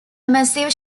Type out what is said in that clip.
massive